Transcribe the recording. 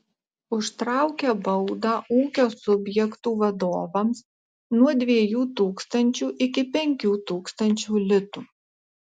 užtraukia baudą ūkio subjektų vadovams nuo dviejų tūkstančių iki penkių tūkstančių litų